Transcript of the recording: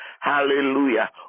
Hallelujah